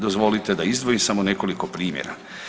Dozvolite da izdvojim samo nekoliko primjera.